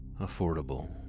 Affordable